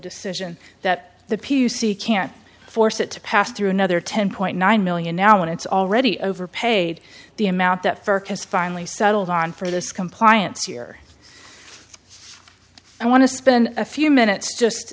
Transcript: decision that the p u c can't force it to pass through another ten point nine million now when it's already over paid the amount that for has finally settled on for this compliance year i want to spend a few minutes just